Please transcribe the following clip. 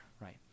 right